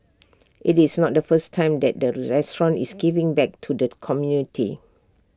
IT is not the first time that the restaurant is giving back to the community